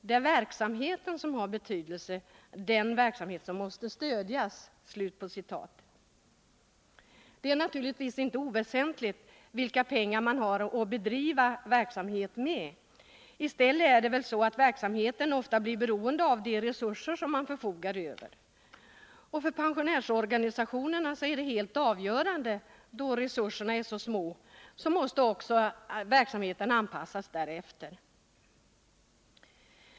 Det är verksamheten som har betydelse — den verksamhet som måste stödjas.” Det är naturligtvis inte oväsentligt vilka pengar man har att bedriva verksamheten med. I stället är det väl så, att verksamheten ofta blir beroende av de resurser man förfogar över. För pensionärsorganisationerna är de små resurserna helt avgörande. Verksamheten måste anpassas därefter.